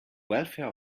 welfare